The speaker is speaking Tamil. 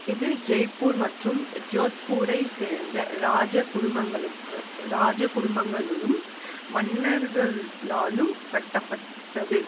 இது ஜெய்ப்பூர் மற்றும் ஜோத்பூரைச் சேர்ந்த ராஜ குடும்பங்களுக்கு ராஜ குடும்பங்களாலும் மன்னர்களாலும் கட்டப்பட்டது